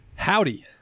Howdy